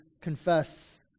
confess